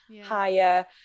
higher